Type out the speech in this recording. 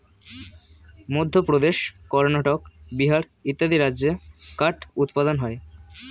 মধ্যপ্রদেশ, কর্ণাটক, বিহার ইত্যাদি রাজ্যে কাঠ উৎপাদন হয়